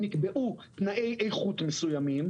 נקבעו תנאי איכות מסויימים.